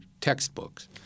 textbooks